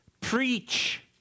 preach